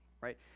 right